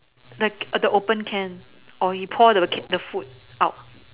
the the opened can or you pour the food out